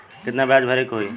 कितना ब्याज भरे के होई?